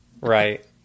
Right